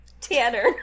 Tanner